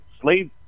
slave